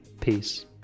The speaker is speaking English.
Peace